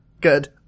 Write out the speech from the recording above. good